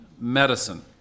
medicine